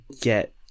get